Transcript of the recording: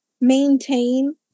maintain